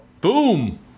Boom